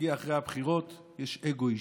הגיע אחרי הבחירות, יש אגו אישי,